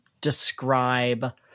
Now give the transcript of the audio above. describe